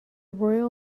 royal